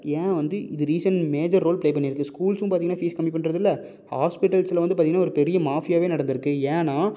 ஏன் வந்து இது ரீசன்ட் மேஜர் ரோல் ப்ளே பண்ணியிருக்கு ஸ்கூல்ஸும் பார்த்தீங்கன்னா ஃபீஸ் கம்மி பண்றதில்லை ஹாஸ்பிட்டல்ஸில் வந்து பார்த்தீங்கன்னா ஒரு பெரிய மாஃபியாவே நடந்துருக்குது ஏன்னால்